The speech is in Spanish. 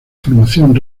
formación